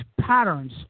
patterns